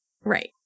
Right